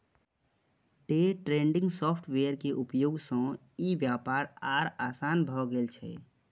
day trading software के उपयोग सं ई व्यापार आर आसान भए गेल छै